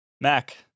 Mac